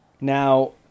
Now